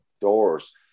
doors